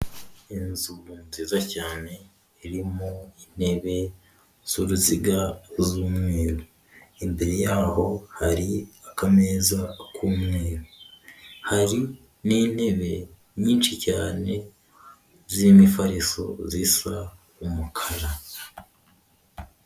Inzu nziza cyane irimo intebe z'uruziga z'umweru, imbere yaho hari akameza k'umweru, hari n'intebe nyinshi cyane z'imifariso zisa umukara.